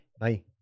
Bye